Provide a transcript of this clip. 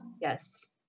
Yes